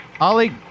Ollie